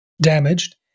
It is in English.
damaged